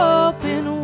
open